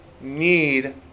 need